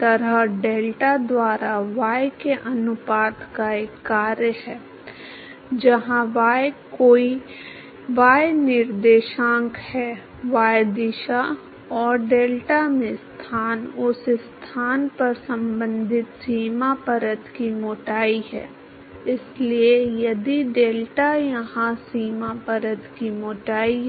तरह डेल्टा द्वारा y के अनुपात का एक कार्य है जहां y कोई y निर्देशांक है y दिशा और डेल्टा में स्थान उस स्थान पर संबंधित सीमा परत की मोटाई है इसलिए यदि डेल्टा यहाँ सीमा परत की मोटाई है